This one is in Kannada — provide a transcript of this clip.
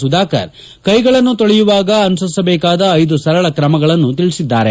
ಸುಧಾಕರ್ ಕೈಗಳನ್ನು ತೊಳೆಯುವಾಗ ಅನುಸರಿಸಬೇಕಾದ ಐದು ಸರಳ ಕ್ರಮಗಳನ್ನು ತಿಳಿಸಿದ್ದಾರೆ